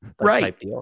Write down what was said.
right